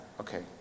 okay